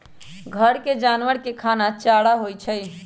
घर के जानवर के खाना चारा होई छई